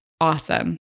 awesome